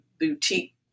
boutique